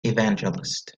evangelist